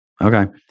okay